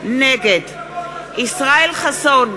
נגד ישראל חסון,